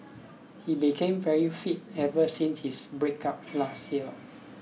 he became very fit ever since his breakup last year